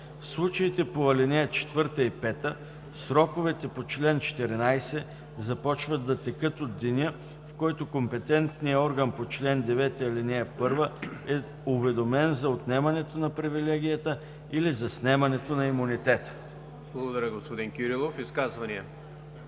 В случаите по ал. 4 и 5 сроковете по чл. 14 започват да текат от деня, в който компетентният орган по чл. 9, ал. 1 е уведомен за отнемането на привилегията или за снемането на имунитета.“ ПРЕДСЕДАТЕЛ ЕМИЛ ХРИСТОВ: Благодаря, господин Кирилов. Изказвания?